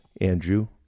andrew